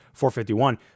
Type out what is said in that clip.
451